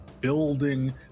building